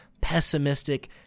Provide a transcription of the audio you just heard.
pessimistic